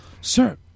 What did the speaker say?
Sir